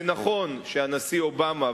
זה נכון שהנשיא אובמה,